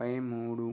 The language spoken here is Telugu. ముప్పై మూడు